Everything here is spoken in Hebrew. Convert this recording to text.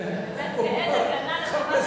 רק אתה יכול לקחת את התנ"ך ולשבש,